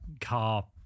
car